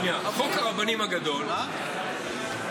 חוק הרבנים הגדול נתקע.